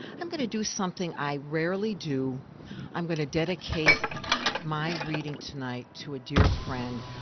i'm gonna do something i rarely do i'm going to dedicate my reading tonight to a dear friend,